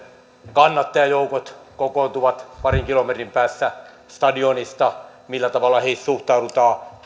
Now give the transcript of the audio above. kannattajajoukot kokoontuvat parin kilometrin päässä stadionista ja millä tavalla heihin suhtaudutaan